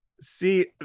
See